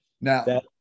Now